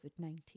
COVID-19